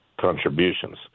contributions